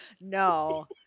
no